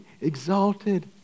exalted